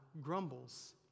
grumbles